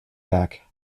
back